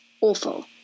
awful